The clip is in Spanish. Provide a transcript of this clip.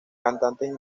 cantantes